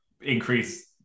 increase